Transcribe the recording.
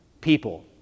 people